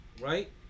right